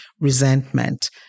resentment